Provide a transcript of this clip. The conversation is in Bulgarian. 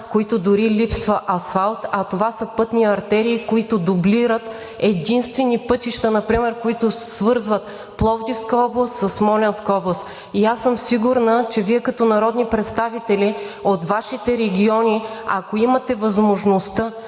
които дори липсва асфалт. Това са пътни артерии, които дублират единствени пътища, например, които свързват Пловдивска област със Смолянска област. И аз съм сигурна, че Вие като народни представители от вашите региони, ако имате възможността